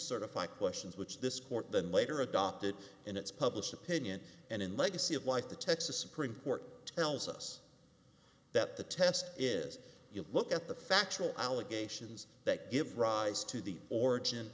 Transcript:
certify questions which this court then later adopted in its published opinion and in legacy of like the texas supreme court tells us that the test is you look at the factual allegations that give rise to the origin